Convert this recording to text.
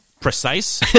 precise